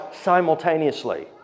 simultaneously